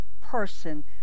person